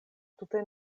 tute